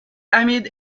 hamid